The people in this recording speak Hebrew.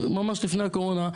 ממש לפני הקורונה,